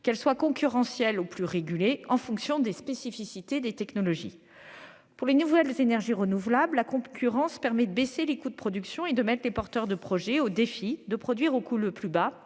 de marché, concurrentielle ou plus régulée en fonction des spécificités des technologies. Pour les nouvelles énergies renouvelables, la concurrence baisse les coûts de production et met les porteurs de projets au défi de produire au coût le plus bas,